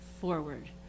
forward